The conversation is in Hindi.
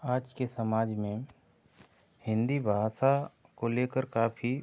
आज के समाज में हिन्दी भाषा को लेकर काफ़ी